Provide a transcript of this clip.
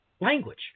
language